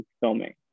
filming